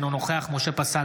אינו נוכח משה פסל,